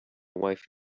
wife